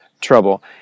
trouble